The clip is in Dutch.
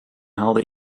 haalde